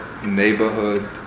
neighborhood